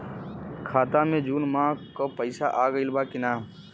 खाता मे जून माह क पैसा आईल बा की ना?